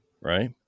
Right